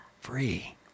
Free